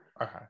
Okay